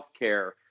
healthcare